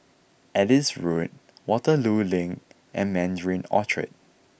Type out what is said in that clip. Adis Road Waterloo Link and Mandarin Orchard